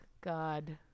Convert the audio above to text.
God